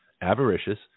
avaricious